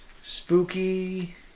Spooky